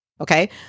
Okay